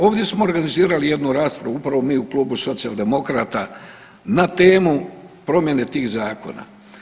Ovdje smo organizirali jednu raspravu upravo mi u klubu Socijaldemokrata na temu promjene tih zakona.